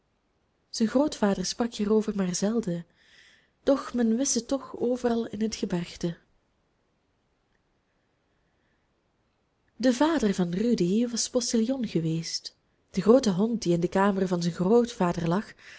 zijn grootvader sprak hierover maar zelden doch men wist het toch overal in het gebergte de vader van rudy was postiljon geweest de groote hond die in de kamer van zijn grootvader lag